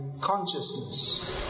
consciousness